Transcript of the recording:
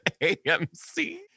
AMC